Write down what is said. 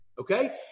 okay